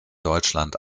deutschland